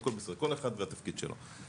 הכל בסדר, כל אחד והתפקיד שלו.